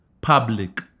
public